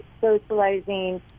socializing